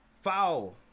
foul